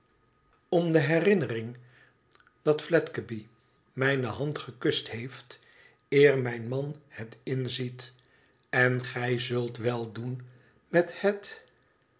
om de herinnering dat fledgeby mijne hand gekust heeft eer mijn man het inziet en gij zult wèl doen met het